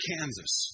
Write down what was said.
Kansas